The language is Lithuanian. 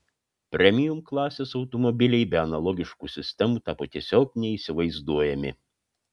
premium klasės automobiliai be analogiškų sistemų tapo tiesiog neįsivaizduojami